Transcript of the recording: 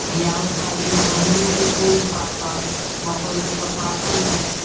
बिआहो शादीमे गहूमेके पूड़ी पाकल मकइके तऽ पाकल नहि